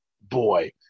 boy